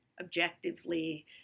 objectively